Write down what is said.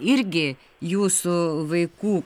irgi jūsų vaikų